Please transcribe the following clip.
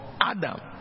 Adam